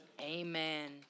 amen